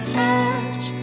touch